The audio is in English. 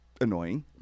annoying